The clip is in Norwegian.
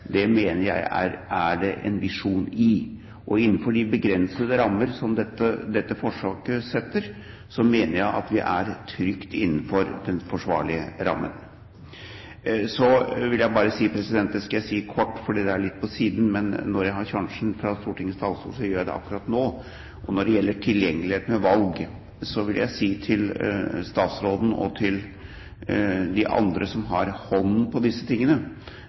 mener jeg også er en visjon. Innenfor de begrensede rammer som dette forsøket setter, mener jeg at vi er trygt innenfor den forsvarlige rammen. Så vil jeg bare si kort – fordi det er litt på siden, men når jeg har sjansen fra Stortingets talerstol, gjør jeg det akkurat nå – noe om tilgjengeligheten ved valg. Jeg vil si til statsråden og til de andre som har hånd om disse tingene,